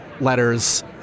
letters